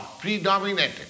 predominated